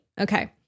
Okay